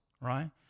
right